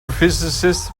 physicists